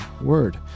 word